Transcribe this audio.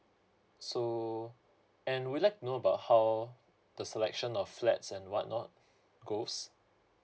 so and would you like to know about how the selection of flats and whatnot goes